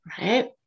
right